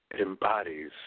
embodies